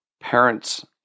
parents